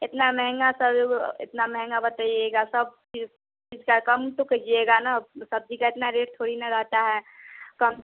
इतना महँगा सब जब इतना महँगा बताइएगा सब चीज़ इसका कम तो कहिएगा न सब्ज़ी का इतना रेट थोड़ी ना रहता है कम